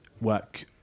work